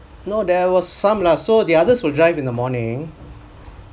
no there was some lah so the others will drive in the morning